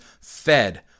fed